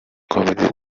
committee